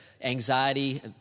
anxiety